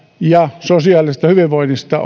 ja sosiaalisesta hyvinvoinnista